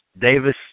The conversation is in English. Davis